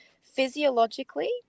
physiologically